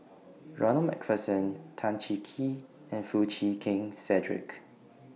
Ronald MacPherson Tan Cheng Kee and Foo Chee Keng Cedric